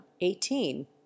eighteen